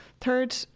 Third